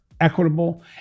equitable